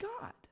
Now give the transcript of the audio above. God